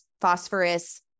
phosphorus